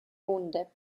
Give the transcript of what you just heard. wunde